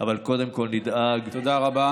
אבל קודם כול נדאג, תודה רבה.